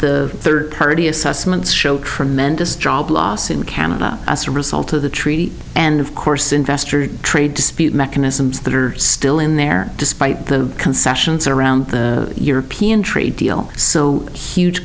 the third party assessments showed tremendous job loss in canada as a result of the treaty and of course investor trade dispute mechanisms that are still in there despite the concessions around european trade deal so huge